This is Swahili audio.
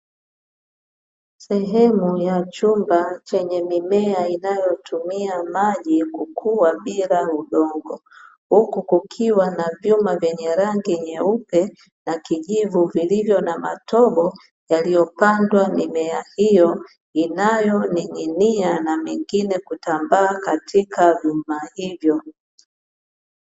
Sehemu ya chumba chenye mimea inayotumia maji kukua bila udongo, huku kukiwa na vyuma vyenye rangi nyeupe na kijivu, vilivyo na matobo yaliyopandwa mimea hiyo, inayoning'inia na mingine kutambaa katika vyuma hivyo.